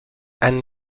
anne